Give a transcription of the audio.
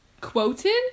Quoted